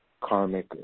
karmic